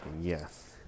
yes